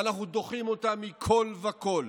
אנחנו דוחים אותה מכול וכול.